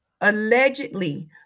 allegedly